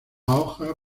hoja